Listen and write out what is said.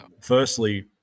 firstly